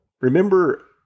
Remember